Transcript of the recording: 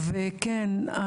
וכן,